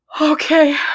Okay